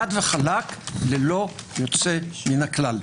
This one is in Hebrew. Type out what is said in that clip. חד וחלק, ללא יוצא מן הכלל.